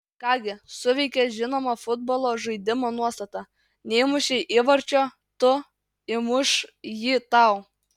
ką gi suveikė žinoma futbolo žaidimo nuostata neįmušei įvarčio tu įmuš jį tau